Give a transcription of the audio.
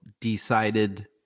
decided